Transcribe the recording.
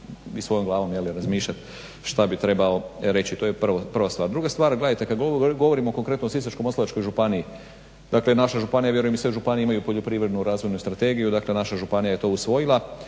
i svojom glavom razmišljati šta bi trebao reći. To je prva stvar. Druga stvar, kad govorimo konkretno o Sisačko-moslavačkoj županiji dakle naša županija, vjerujem i sve županije imaju Poljoprivrednu razvojnu strategiju, dakle naša županija je to usvojila